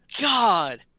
God